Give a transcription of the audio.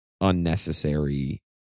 unnecessary